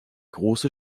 große